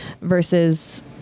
versus